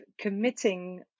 committing